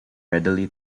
readily